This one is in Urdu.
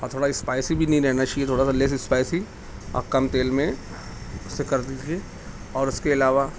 اور تھوڑا سا اسپائسی بھی نہیں رہنا چاہیے تھوڑا سا لیس اسپائسی اور کم تیل میں اسے کر دیجیے اور اس کے علاوہ